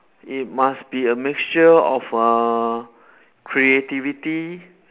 it must be a mixture of uh creativity